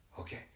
okay